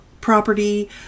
property